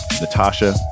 Natasha